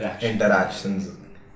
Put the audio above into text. Interactions